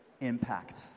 impact